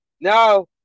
Now